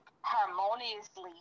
harmoniously